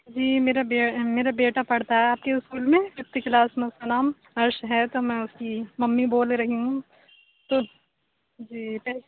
جی میرا میرا بیٹا پڑھتا ہے آپ کے اسکول میں ففتھ کلاس میں اُس کا نام عرش ہے تو میں اُس کی ممی بول رہی ہوں تو جی